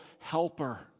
helper